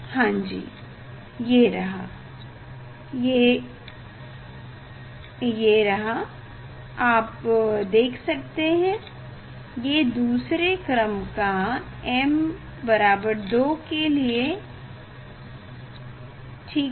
हाँ जी ये रहा ये रहा आप देख सकते हैं ये दूसरे क्रम का m 2 के लिए ठीक है